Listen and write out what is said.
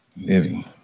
living